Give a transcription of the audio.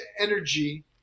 energy